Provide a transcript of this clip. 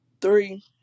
three